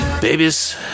Babies